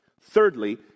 Thirdly